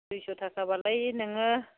दुयस' थाखा बालाय नोङो